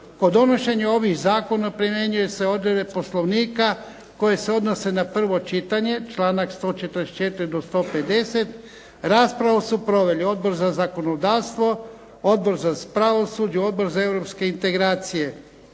Kod donošenja ovih Zakona primjenjuje se odredbe Poslovnika koje se odnose na prvo čitanje članak 144 do 150. Raspravu su proveli Odbor za zakonodavstvo, Odbor za pravosuđe, Odbor za Europske integracije.